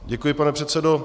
Děkuji, pane předsedo.